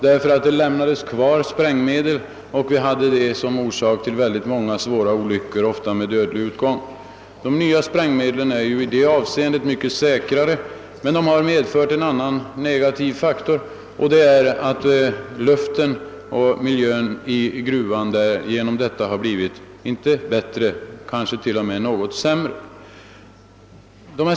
Det lämnades kvar sprängmedel, och detta blev orsak till svåra olyckor, ofta med dödlig utgång. De nya sprängmedlen är i det avseendet säkrare, men en negativ egenskap hos dem är att luften i gruvan kanske t.o.m. har blivit sämre.